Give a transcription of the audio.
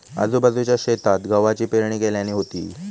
आजूबाजूच्या शेतात गव्हाची पेरणी केल्यानी होती